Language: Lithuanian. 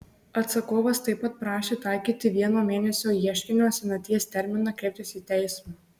atsakovas taip pat prašė taikyti vieno mėnesio ieškinio senaties terminą kreiptis į teismą